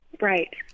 Right